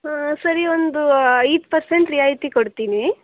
ಹಾಂ ಸರಿ ಒಂದು ಐದು ಪರ್ಸೆಂಟ್ ರಿಯಾಯಿತಿ ಕೊಡ್ತೀನಿ